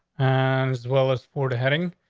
as well as florida heading.